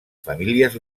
famílies